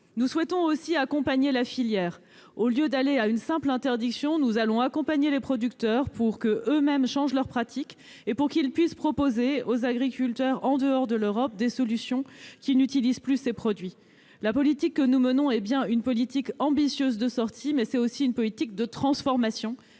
Nous souhaitons aussi accompagner la filière : au lieu d'aller vers une simple interdiction, nous allons accompagner les producteurs pour qu'eux-mêmes changent leurs pratiques et pour qu'ils puissent proposer aux agriculteurs en dehors de l'Europe des solutions qui n'utilisent plus ces produits. La politique que nous menons est bien une politique ambitieuse de sortie, mais c'est aussi une politique de transformation,